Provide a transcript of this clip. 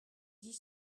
dit